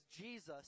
Jesus